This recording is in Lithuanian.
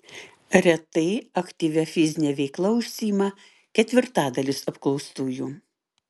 retai aktyvia fizine veikla užsiima ketvirtadalis apklaustųjų